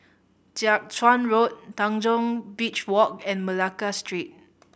Jiak Chuan Road Tanjong Beach Walk and Malacca Street